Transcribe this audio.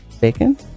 Bacon